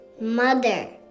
mother